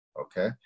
okay